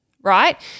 right